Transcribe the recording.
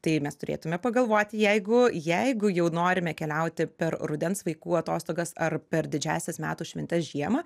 tai mes turėtume pagalvoti jeigu jeigu jau norime keliauti per rudens vaikų atostogas ar per didžiąsias metų šventes žiemą